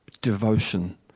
devotion